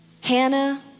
Hannah